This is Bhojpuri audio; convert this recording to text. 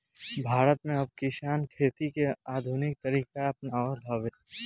भारत में अब किसान खेती के आधुनिक तरीका अपनावत हवे